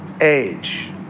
age